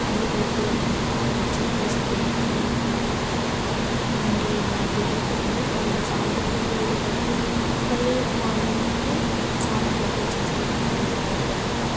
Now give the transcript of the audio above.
అన్ని పెడుతు ఉంటాము అది వచ్చి తీసుకొని తినేసి ఉండి మళ్ళీ వెళ్ళిపోతుంది మళ్ళీ సాయంత్రానికి వెళ్ళిపోతుంది మళ్ళీ మార్నింగ్ అయితే సెవన్ ఓ క్లాక్ వస్తు ఉంటుంది మా ఊరి దగ్గర